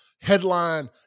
headline